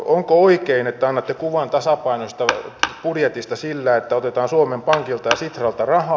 onko oikein että annatte kuvan tasapainoisesta budjetista sillä että otetaan suomen pankilta ja sitralta rahaa